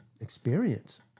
Experience